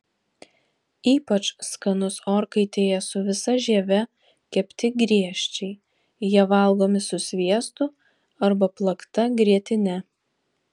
ypač skanus orkaitėje su visa žieve kepti griežčiai jie valgomi su sviestu arba plakta grietine